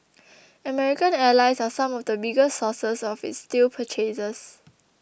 American allies are some of the biggest sources of its steel purchases